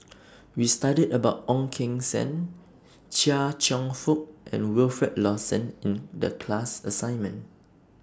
We studied about Ong Keng Sen Chia Cheong Fook and Wilfed Lawson in The class assignment